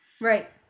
right